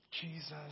Jesus